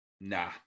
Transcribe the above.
nah